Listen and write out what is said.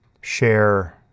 share